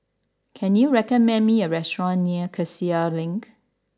can you recommend me a restaurant near Cassia Link